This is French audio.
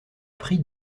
prix